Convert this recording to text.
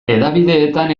hedabideetan